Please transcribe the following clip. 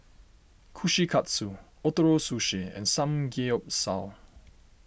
Kushikatsu Ootoro Sushi and Samgeyopsal